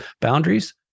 boundaries